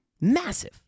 Massive